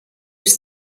was